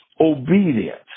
obedience